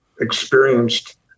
experienced